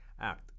Act